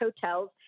hotels